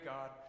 God